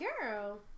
Girl